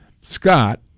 Scott